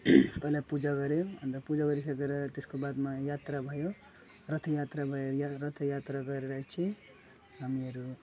पहिला पूजा गऱ्यो अन्त पूजा गरिसकेर त्यसको बादमा यात्रा भयो रथ यात्रा भयो या रथ यात्रा गरेर चाहिँ हामीहरू